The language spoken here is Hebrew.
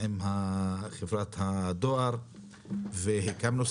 עם חברת הדואר והקמנו סניפים,